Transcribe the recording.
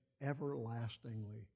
everlastingly